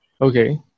okay